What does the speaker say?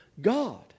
God